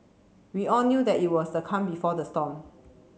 we all knew that it was the calm before the storm